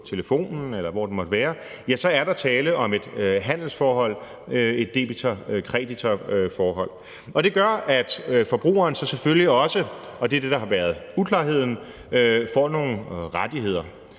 telefonen, eller hvor det måtte være, ja, så er der tale om et handelsforhold, et debitor-kreditor-forhold. Det gør, at forbrugerne så selvfølgelig også, og det er det, der har været uklarheden, får nogle rettigheder,